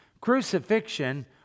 Crucifixion